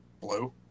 Blue